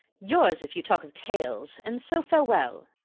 yours, if you talk of tales and so farewell.